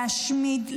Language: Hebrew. להשמיד,